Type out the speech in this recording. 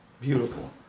beautiful